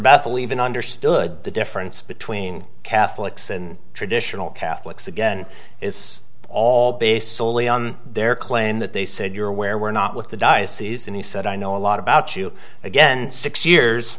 even understood the difference between catholics and traditional catholics again it's all based soley on their claim that they said you're where we're not with the diocese and he said i know a lot about you again six years